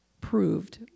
proved